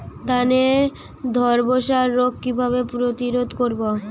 ধানে ধ্বসা রোগ কিভাবে প্রতিরোধ করব?